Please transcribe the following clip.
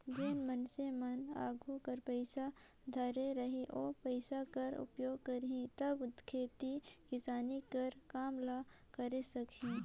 जेन किसान मन आघु कर पइसा धरे रही ओ पइसा कर उपयोग करही तब खेती किसानी कर काम ल करे सकही